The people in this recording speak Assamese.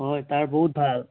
হয় তাৰ বহুত ভাল